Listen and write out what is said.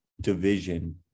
division